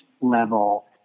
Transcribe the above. level